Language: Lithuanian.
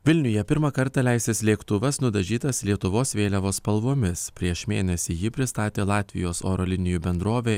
vilniuje pirmą kartą leisis lėktuvas nudažytas lietuvos vėliavos spalvomis prieš mėnesį jį pristatė latvijos oro linijų bendrovė